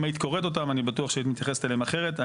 אם היית קוראת אותם אני בטוח שהיית מתייחסת אליהם אחרת.